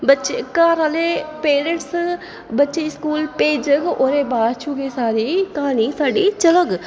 बच्चे घर आह्ले पेरेंट्स बच्चे गी स्कूल भेजग ओह्दे बाद गै सारी क्हानी साढ़ी चलग